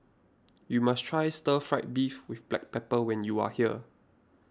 you must try Stir Fried Beef with Black Pepper when you are here